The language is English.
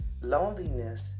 Loneliness